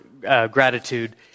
Gratitude